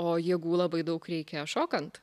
o jėgų labai daug reikia šokant